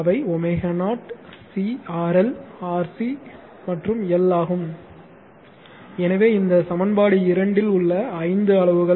அவை ω0 C RL RC L ஆகும் எனவே இந்த சமன்பாடு 2 இல் உள்ள ஐந்து அளவுகள்